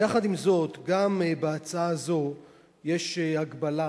יחד עם זאת, גם בהצעה הזאת יש הגבלה